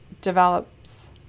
develops